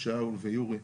שאול ויורי.